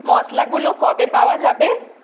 মশলাগুলো কবে পাওয়া যাবে